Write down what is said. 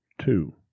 two